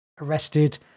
arrested